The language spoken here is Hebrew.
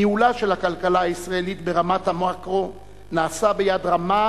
ניהולה של הכלכלה הישראלית ברמת המקרו נעשה ביד רמה,